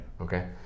okay